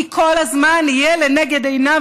כי כל הזמן יהיה לנגד עיניו,